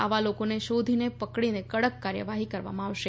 આવા લોકોને શોધીને પકડીને કડક કાર્યવાહી કરવામાં આવશે